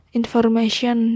information